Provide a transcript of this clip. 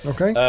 Okay